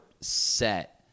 set